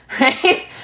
right